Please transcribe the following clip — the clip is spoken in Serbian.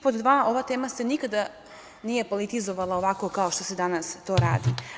Pod dva, ova tema se nikada nije politizovala ovako kao što se danas to radi.